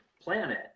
planet